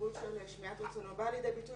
והחשיבות של שמיעת רצונו באה לידי ביטוי